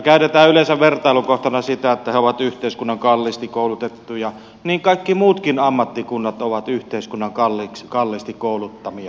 käytetään yleensä vertailukohtana sitä että he ovat yhteiskunnan kalliisti koulutettuja niin kaikki muutkin ammattikunnat ovat yhteiskunnan kalliisti kouluttamia